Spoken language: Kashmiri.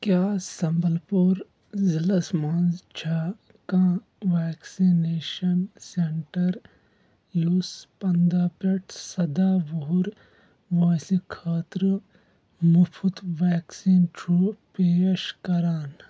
کیٛاہ سمبَل پوٗر ضلعس مَنٛز چھا کانٛہہ ویکسِنیشن سینٹر یُس پَنٛداہ پٮ۪ٹھ سۄداہ وُہُر وٲنٛسہِ خٲطرٕ مُفٕط ویکسیٖن چھُ پیش کران